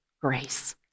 grace